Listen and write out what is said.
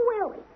Willie